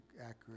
accurate